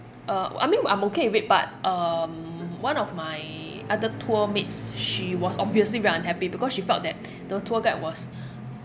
uh I mean I'm okay with it but um one of my other tour mates she was obviously very unhappy because she felt that the tour guide was